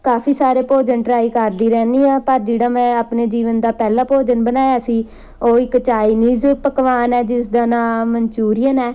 ਕਾਫੀ ਸਾਰੇ ਭੋਜਨ ਟਰਾਈ ਕਰਦੀ ਰਹਿੰਦੀ ਹਾਂ ਪਰ ਜਿਹੜਾ ਮੈਂ ਆਪਣੇ ਜੀਵਨ ਦਾ ਪਹਿਲਾ ਭੋਜਨ ਬਣਾਇਆ ਸੀ ਉਹ ਇੱਕ ਚਾਈਨੀਜ਼ ਪਕਵਾਨ ਹੈ ਜਿਸਦਾ ਨਾਮ ਮਨਚੂਰੀਅਨ ਹੈ